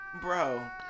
Bro